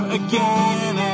again